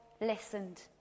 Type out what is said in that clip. listened